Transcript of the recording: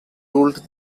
ruled